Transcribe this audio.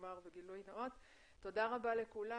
תודה לכולם,